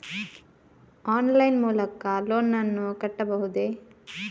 Online line ಮೂಲಕ loan ನನ್ನ ಕಟ್ಟಬಹುದೇ?